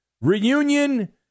Reunion